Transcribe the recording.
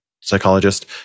psychologist